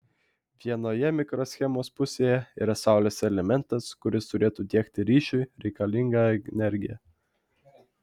vienoje mikroschemos pusėje yra saulės elementas kuris turėtų tiekti ryšiui reikalingą energiją